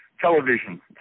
television